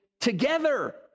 together